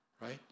right